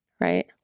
right